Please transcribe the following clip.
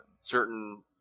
certain